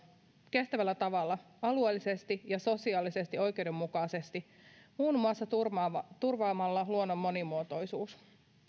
kestävällä tavalla alueellisesti ja sosiaalisesti oikeudenmukaisesti muun muassa turvaamalla luonnon monimuotoisuuden